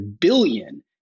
billion